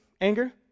anger